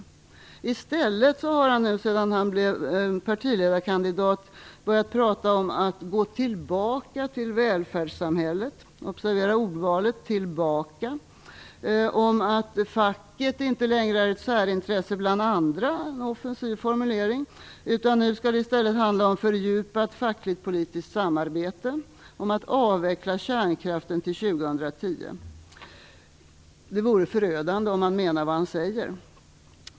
I stället har han nu sedan han blev partiledarkandidat börjat prata om att gå tillbaka till välfärdssamhället - observera ordvalet "tillbaka" - och om att facket inte längre är ett särintresse bland andra; en offensiv formulering. Nu skall det i stället handla om fördjupat fackligtpolitiskt samarbete och om att avveckla kärnkraften till 2010. Det vore förödande om han menar vad han säger.